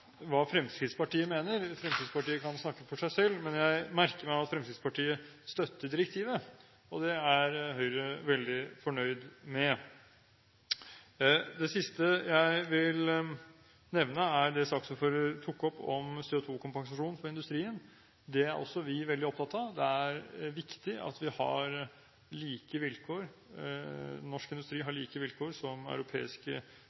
hva Fremskrittspartiet mener, Fremskrittspartiet kan snakke for seg selv. Men jeg merker meg at Fremskrittspartiet støtter direktivet. Det er Høyre veldig fornøyd med. Det siste jeg vil nevne, er det saksordføreren tok opp om CO2-kompensasjon for industrien. Det er også vi veldig opptatt av. Det er viktig at norsk industri har